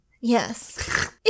Yes